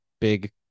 big